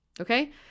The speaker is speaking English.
Okay